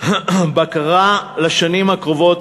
בקרה לשנים הקרובות,